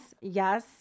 Yes